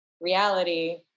reality